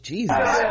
Jesus